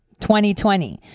2020